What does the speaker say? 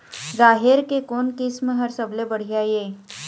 राहेर के कोन किस्म हर सबले बढ़िया ये?